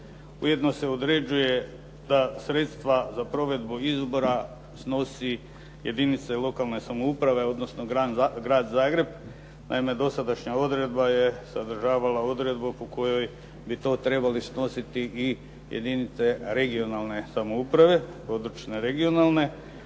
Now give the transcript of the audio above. Ujedno se određuje da sredstva za provedbu izbora snose jedinice lokalne samouprave odnosno Grad Zagreb. Naime, dosadašnja odredba je sadržavala odredbu po kojoj bi to trebali snositi i jedinice područne regionalne